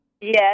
Yes